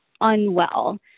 unwell